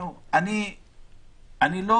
אני לא